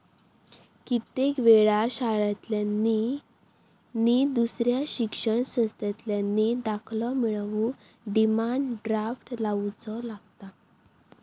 कित्येक वेळा शाळांतल्यानी नि दुसऱ्या शिक्षण संस्थांतल्यानी दाखलो मिळवूक डिमांड ड्राफ्ट लावुचो लागता